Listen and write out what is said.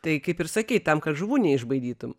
tai kaip ir sakei tam kad žuvų neišbaidytum